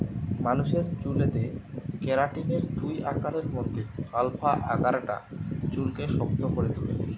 মানুষের চুলেতে কেরাটিনের দুই আকারের মধ্যে আলফা আকারটা চুলকে শক্ত করে তুলে